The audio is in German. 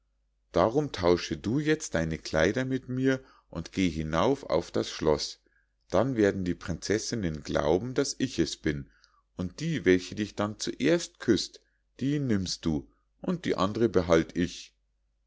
darum tausche du jetzt deine kleider mit mir und geh hinauf auf das schloß dann werden die prinzessinnen glauben daß ich es bin und die welche dich dann zuerst küsst die nimmst du und die andre behalt ich